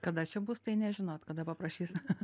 kada čia bus tai nežinot kada paprašys